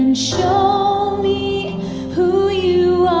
show me who you